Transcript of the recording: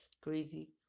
crazy